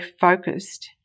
focused